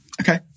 Okay